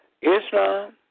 Islam